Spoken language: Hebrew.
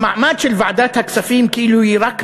המעמד של ועדת הכספים, כאילו היא רק מייעצת,